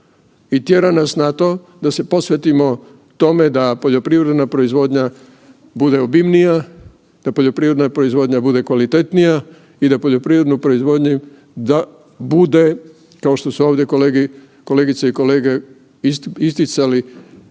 I tjera nas na to da se posvetimo tome da poljoprivredna proizvodnja bude obimnija, da poljoprivredna proizvodnja bude kvalitetnija i da poljoprivrednu proizvodnju da bude, kao što su ovdje kolegice i kolege isticali,